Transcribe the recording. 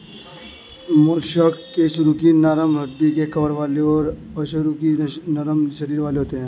mollusc कशेरुकी नरम हड्डी के कवर वाले और अकशेरुकी नरम शरीर वाले होते हैं